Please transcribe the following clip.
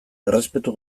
errespetu